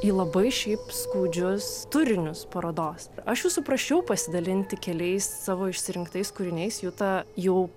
į labai šiaip skaudžius turinius parodos aš jūsų prašiau pasidalinti keliais savo išsirinktais kūriniais juta jau